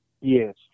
yes